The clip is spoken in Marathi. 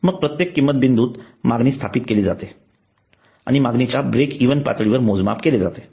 मग प्रत्येक किंमत बिंदूची मागणी स्थापित केली जाते आणि मागणीच्या ब्रेकइव्हन पातळीवर मोजमाप केले जाते